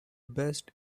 best